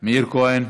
מאיר כהן,